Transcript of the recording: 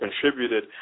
contributed